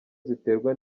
ziterwa